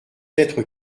être